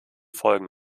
folgen